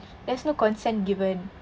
there's no consent given